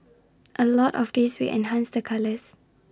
A lot of this we enhanced the colours